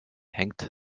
hängt